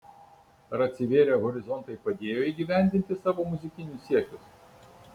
ar atsivėrę horizontai padėjo įgyvendinti savo muzikinius siekius